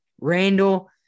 Randall